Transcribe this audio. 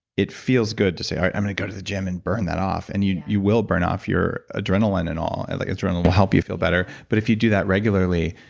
it feels good to say, all right. i'm going to go to the gym and burn that off, and you you will burn off your adrenaline and all. and like adrenaline will help you feel better but if you do that regularly,